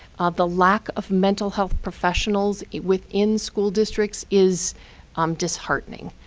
the lack of mental health professionals within school districts is um disheartening.